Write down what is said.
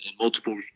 multiple